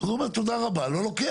אז הוא אומר תודה רבה אני לא לוקח.